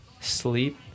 sleep